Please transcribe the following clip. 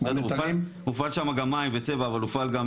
הופעל שם גם מים וצבע אבל הופעל גם